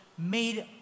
made